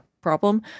problem